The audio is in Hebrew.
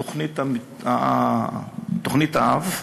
תוכנית-האב,